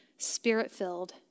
spirit-filled